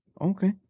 Okay